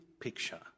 picture